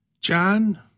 John